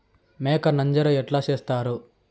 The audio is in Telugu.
మేక నంజర ఎట్లా సేస్తారు?